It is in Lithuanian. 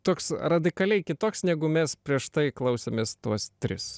toks radikaliai kitoks negu mes prieš tai klausėmės tuos tris